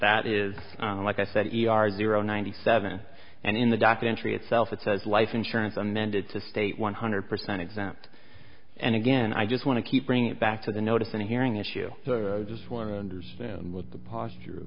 that is like i said we are zero ninety seven and in the documentary itself it says life insurance amended to state one hundred percent exempt and again i just want to keep bringing it back to the notice and hearing issue sir i just want to understand what the posture